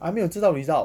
还没有知道 result